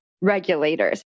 regulators